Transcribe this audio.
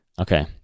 Okay